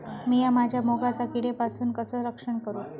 मीया माझ्या मुगाचा किडीपासून कसा रक्षण करू?